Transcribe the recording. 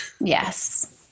yes